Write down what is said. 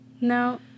No